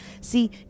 See